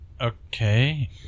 Okay